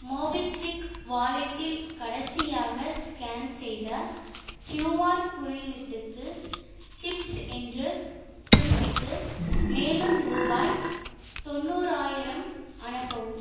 MobiKwik வாலெட்டில் கடைசியாக scan செய்த க்யூஆர் குறியீட்டுக்கு டிப்ஸ் என்று குறிப்பிட்டு மேலும் ரூபாய் தொண்ணூறாயிரம் அனுப்பவும்